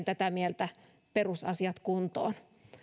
tätä mieltä perusasiat kuntoon